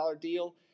deal